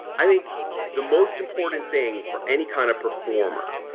i think the most important thing for any kind of performer,